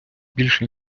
більше